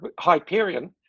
Hyperion